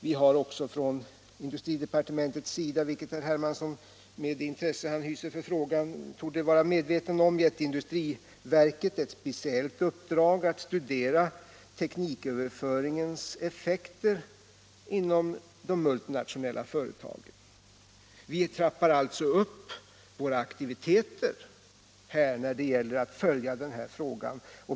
Vi har också från industridepartementets sida — vilket herr Hermansson med det intresse han hyser för frågan torde vara medveten om -— gett industriverket ett speciellt uppdrag att studera tekniköverföringens effekter inom de multinationella företagen. Vi trappar alltså upp våra aktiviteter när det gäller att följa den här frågan.